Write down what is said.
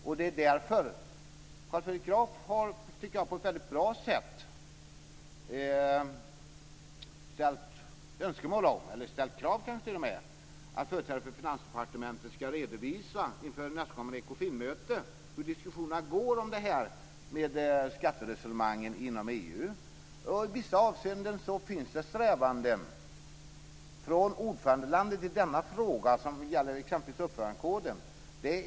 Jag tycker att Carl Fredrik Graf på ett väldigt bra sätt framställt önskemål om, ja, kanske t.o.m. krav på, att företrädare för Finansdepartementet inför nästa Ekofinmöte ska redovisa hur diskussionerna går vad gäller skatteresonemangen inom EU. I vissa avseenden finns det strävanden från ordförandelandet i denna fråga som gäller exempelvis uppförandekoden.